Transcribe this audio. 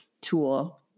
tool